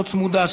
לא צמודה,